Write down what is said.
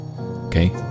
Okay